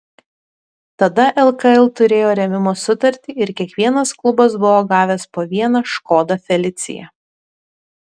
tada lkl turėjo rėmimo sutartį ir kiekvienas klubas buvo gavęs po vieną škoda felicia